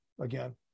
again